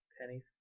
Pennies